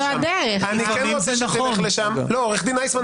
אתה כבר יודע איך זה --- עורך הדין איסמן,